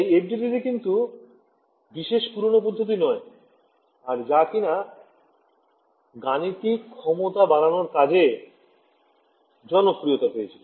তাই FDTD কিন্তু বিশেষ পুরনো পদ্ধতি নয় আর যা কিনা গাণিতিক ক্ষমতা বাড়ানোর কাজে জনপ্রিয়তা পেয়েছিল